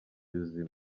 izima